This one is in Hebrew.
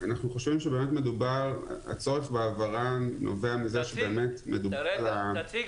הצורך בתוספת של הסעיף נבע מכך שמדובר בסוג מידע שנמצא